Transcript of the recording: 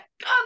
god